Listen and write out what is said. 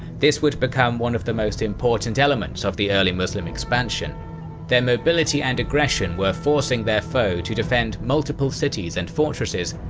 this would become one of the most important elements of the early muslim expansion their mobility and aggression were forcing their foe to defend multiple cities and fortresses,